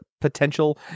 potential